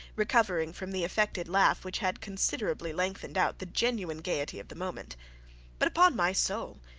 recovering from the affected laugh which had considerably lengthened out the genuine gaiety of the moment but, upon my soul,